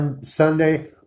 Sunday